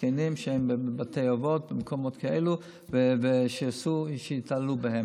זקנים שהם בבתי אבות, במקומות כאלה, ושיתעללו בהם.